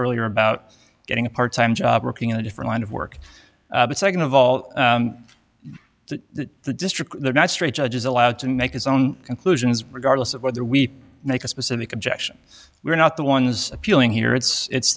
earlier about getting a part time job working in a different line of work but second of all that the district not straight judge is allowed to make his own conclusions regardless of whether we make a specific objection we're not the ones appealing here it's it's